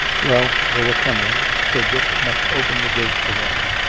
well, they were coming, so dick must open the gate again,